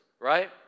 right